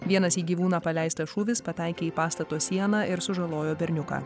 vienas į gyvūną paleistas šūvis pataikė į pastato sieną ir sužalojo berniuką